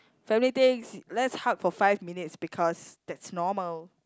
funny things let's hug for five minutes because that's normal